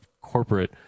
corporate